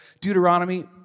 Deuteronomy